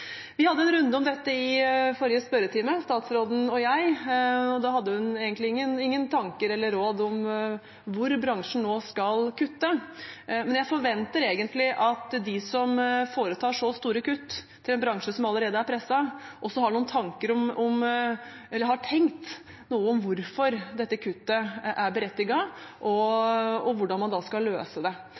Vi hadde en runde om dette i forrige spørretime, statsråden og jeg. Da hadde hun egentlig ingen tanker eller råd om hvor bransjen nå skal kutte. Men jeg forventer egentlig at de som foretar så store kutt i en bransje som allerede er presset, også har tenkt noe over hvorfor dette kuttet er berettiget, og hvordan man skal løse det.